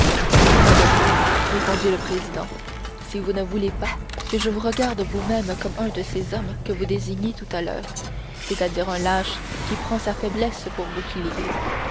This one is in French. pas de bruit répondit le président si vous ne voulez pas que je vous regarde vous-même comme un de ces hommes que vous désigniez tout à l'heure c'est-à-dire comme un lâche qui prend sa faiblesse pour bouclier